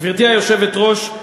גברתי היושבת-ראש,